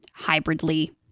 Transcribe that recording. hybridly